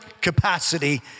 capacity